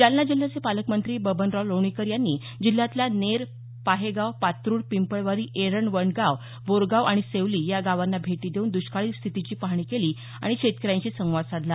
जालना जिल्ह्याचे पालकमंत्री बबनराव लोणीकर यांनी जिल्ह्यातल्या नेर पाहेगाव पात्रूड पिंपळवाडी एरंड वडगाव बोरगाव आणि सेवली या गावांना भेटी देऊन दष्काळी स्थितीची पाहणी केली आणि शेतकऱ्यांशी संवाद साधला